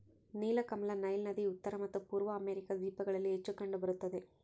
ನೀಲಕಮಲ ನೈಲ್ ನದಿ ಉತ್ತರ ಮತ್ತು ಪೂರ್ವ ಅಮೆರಿಕಾ ದ್ವೀಪಗಳಲ್ಲಿ ಹೆಚ್ಚು ಕಂಡು ಬರುತ್ತದೆ